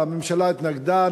הממשלה התנגדה,